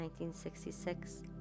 1966